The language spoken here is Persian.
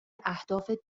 اهداف